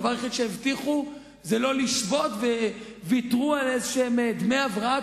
הדבר היחיד שהבטיחו זה לא לשבות וויתרו על איזשהם דמי הבראה,